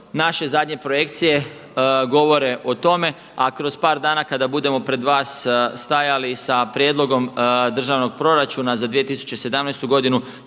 Naše zadnje projekcije govore o tome a kroz par dana kada budemo pred vama stajali sa prijedlogom državnog proračuna za 2017. godinu